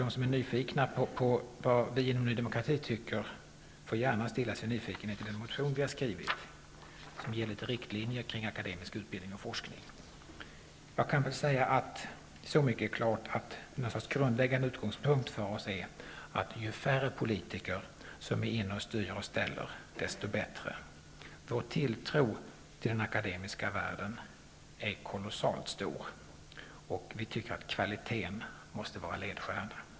De som är nyfikna på vad vi inom Ny demokrati tycker får gärna stilla sin nyfikenhet genom att läsa den motion vi har skrivit som ger litet riktlinjer kring akademisk utbildning och forskning. En grundläggande utgångspunkt för oss är, att ju färre politiker som styr och ställer desto bättre, så mycket är klart. Vår tilltro till den akademiska världen är kolossalt stor, och vi anser att kvaliteten måste vara ledstjärna.